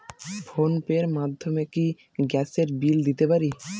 Phone pay র মাধ্যমে কি গ্যাসের বিল দিতে পারি?